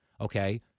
Okay